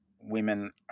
women